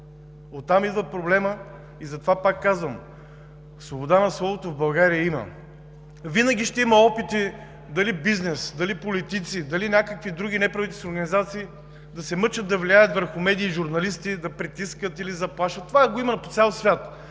Оттам идва проблемът и затова пак казвам: свобода на словото в България има. Винаги ще има опити – дали бизнес, дали политици, дали някакви други неправителствени организации, да се мъчат да влияят върху медии и журналисти, да притискат или да заплашват, това го има по цял свят.